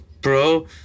bro